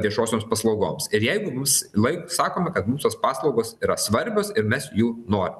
viešosioms paslaugoms ir jeigu mums lai sakoma kad mums tos paslaugos yra svarbios ir mes jų norim